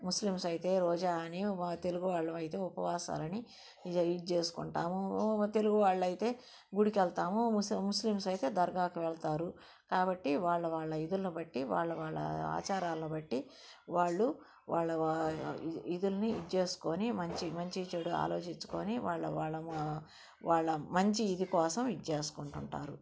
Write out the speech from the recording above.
Muslims అయితే రోజా అని తెలుగు వాళ్ళము అయితే ఉపవాసాలు అని ఇది చేసుకుంటాము తెలుగు వాళ్ళు అయితే గుడికి వెళతాము ముస్లింస్ అయితే దర్గాకి వెళతారు కాబట్టి వాళ్ళ వాళ్ళ విధులని బట్టి వాళ్ళ వాళ్ళ ఆచారాలను బట్టి వాళ్ళు వాళ్ళ విధులని ఇది చేసుకొని మంచి మంచి చెడు ఆలోచించుకొని వాళ్ళ వాళ్ళ వాళ్ళ మంచి ఇది కోసం ఇది చేసుకుంటుంటారు